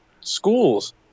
schools